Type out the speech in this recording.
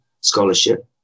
scholarship